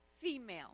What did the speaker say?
female